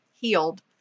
healed